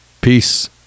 Peace